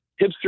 hipster